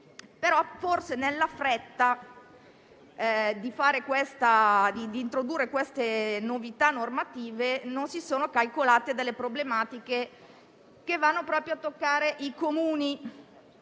però, nella fretta di introdurre novità normative, non si sono calcolate delle problematiche che vanno proprio a toccare i Comuni.